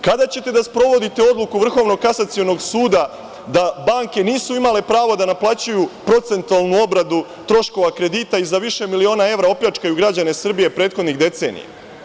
Kada ćete da sprovodite odluku Vrhovnog kasacionog suda da banke nisu imale pravo da naplaćuju procentualnu obradu troškova kredita i za više miliona evra opljačkaju građane Srbije prethodnih decenija?